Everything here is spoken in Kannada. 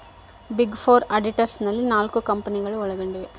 ಬಿಗ್ ಫೋರ್ ಆಡಿಟರ್ಸ್ ನಲ್ಲಿ ನಾಲ್ಕು ಕಂಪನಿಗಳು ಒಳಗೊಂಡಿವ